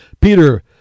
Peter